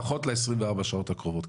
לפחות ל-24 שעות הקרובות,